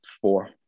four